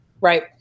Right